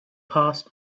past